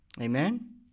Amen